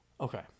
Okay